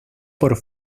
por